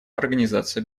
организации